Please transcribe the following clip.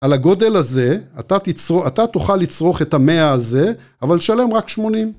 על הגודל הזה, אתה תוכל לצרוך את המאה הזה, אבל תשלם רק 80.